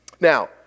Now